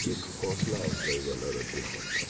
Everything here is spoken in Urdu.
ایک حوصلہ افزائی والا رد عمل تھا